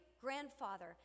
grandfather